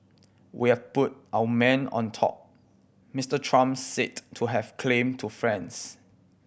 we have put our man on top Mister Trump said to have claimed to friends